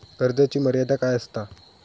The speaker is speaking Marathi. कर्जाची मर्यादा काय असता?